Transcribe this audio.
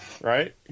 right